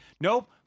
Nope